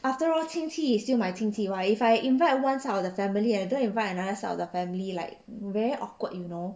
after all 亲戚 still my 亲戚 [what] if I invite one side of the family and I don't invite another side of the family like very awkward you know